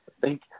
Thank